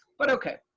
but okay.